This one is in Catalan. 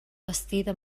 bastida